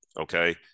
okay